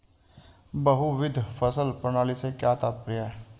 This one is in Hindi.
बहुविध फसल प्रणाली से क्या तात्पर्य है?